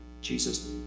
Jesus